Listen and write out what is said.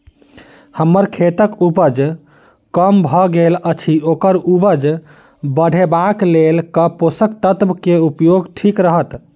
हम्मर खेतक उपज कम भऽ गेल अछि ओकर उपज बढ़ेबाक लेल केँ पोसक तत्व केँ उपयोग ठीक रहत?